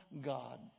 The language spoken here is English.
God